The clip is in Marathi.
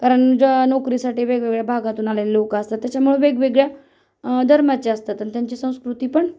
कारण ज्या नोकरीसाठी वेगवेगळ्या भागातून आलेले लोकं असतात त्याच्यामुळे वेगवेगळ्या धर्माचे असतात आणि त्यांची संस्कृतीपण